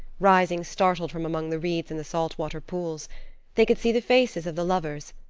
rising startled from among the reeds in the salt-water pools they could see the faces of the lovers,